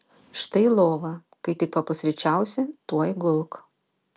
štai lova kai tik papusryčiausi tuoj gulk